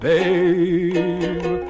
Babe